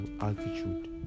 altitude